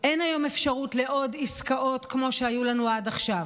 אין היום אפשרות לעוד עסקאות כמו שהיו לנו עד עכשיו.